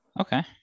okay